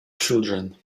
children